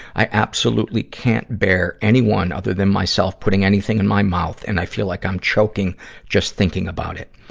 i absolutely can't bear anyone other than myself putting anything in my mouth, and i feel like i'm choking just thinking about it.